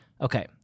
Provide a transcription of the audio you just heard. Okay